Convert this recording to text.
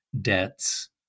debts